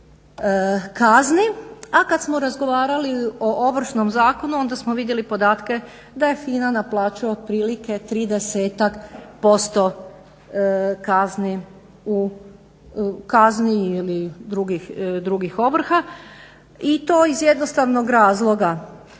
a kada smo razgovarali o Ovršnom zakonu onda smo vidjeli podatke da je FINA na plaću otprilike 30-ak% kazni ili drugih ovrha. I to iz jednostavnog razloga,